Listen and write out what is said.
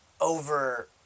over